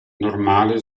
normale